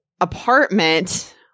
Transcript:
apartment